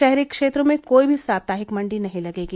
शहरी क्षेत्रों में कोई भी साप्ताहिक मण्डी नहीं लगेगी